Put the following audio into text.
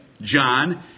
John